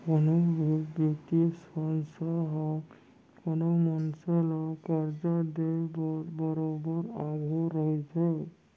कोनो भी बित्तीय संस्था ह कोनो मनसे ल करजा देय बर बरोबर आघू रहिथे